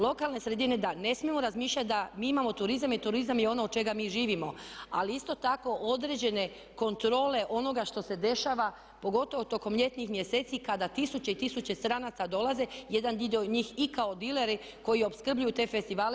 Lokalne sredine, da, ne smijemo razmišljati da mi imamo turizam i turizam je ono od čega mi živimo ali isto tako određene kontrole onoga što se dešava pogotovo tokom ljetnih mjeseci kada tisuće i tisuće stranaca dolaze, jedan dio njih i kao dileri koji opskrbljuju te festivale.